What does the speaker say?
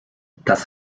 das